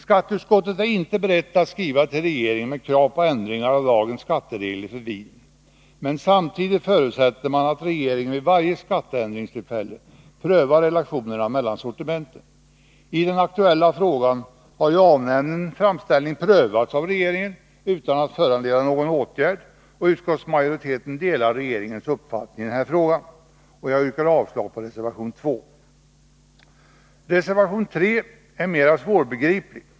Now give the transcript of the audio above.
Skatteutskottet är inte berett att skriva till regeringen med krav på ändringar av lagens skatteregler för vin, men samtidigt förutsätter man att regeringen vid varje skatteändringstillfälle prövar relationerna mellan sortimenten. I den aktuella frågan har ju A-nämndens framställning prövats av regeringen utan att föranleda någon åtgärd, och utskottsmajoriteten delar regeringens uppfattning i frågan. Jag yrkar avslag på reservation 2. Reservation 3 är mera svårbegriplig.